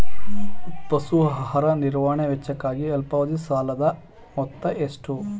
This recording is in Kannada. ಪಶು ಆಹಾರ ನಿರ್ವಹಣೆ ವೆಚ್ಚಕ್ಕಾಗಿ ಅಲ್ಪಾವಧಿ ಸಾಲದ ಮೊತ್ತ ಎಷ್ಟು?